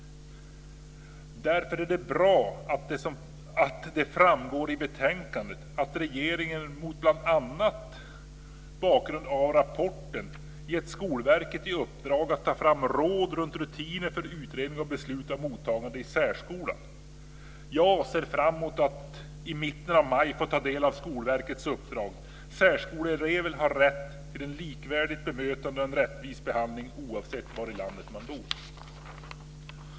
Därför är det bra att det framgår i betänkandet att regeringen mot bl.a. bakgrund av rapporten givit Skolverket i uppdrag att ta fram råd runt rutiner för utredning och beslut om mottagande i särskolan. Jag ser fram mot att i mitten av maj få ta del av Skolverkets uppdrag. Särskoleeleverna har rätt till ett likvärdigt bemötande och en rättvis behandling oavsett var i landet man bor.